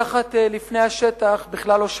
מתחת לפני השטח בכלל לא שקט.